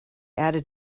added